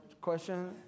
question